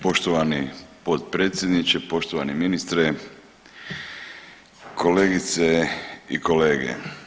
Poštovani potpredsjedniče, poštovani ministre, kolegice i kolege.